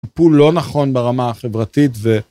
הפול לא נכון ברמה החברתית ו...